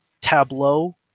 Tableau